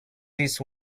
this